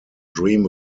dream